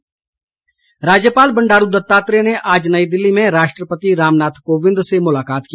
मेंट राज्यपाल बंडारू दत्तात्रेय ने आज नई दिल्ली में राष्ट्रपति रामनाथ कोविंद से मुलाकात की